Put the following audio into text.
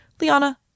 Liana